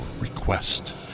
request